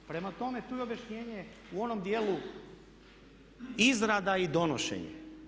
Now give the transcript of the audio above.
Prema tome, tu je objašnjenje u onom dijelu izrada i donošenje.